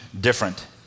different